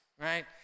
right